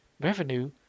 revenue